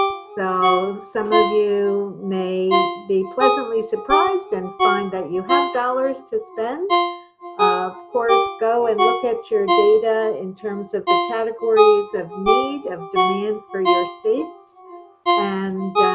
so some of you may be pleasantly surprised and find that you have dollars to spend of course go and look at your data in terms of the categories categories of need of demand for your states and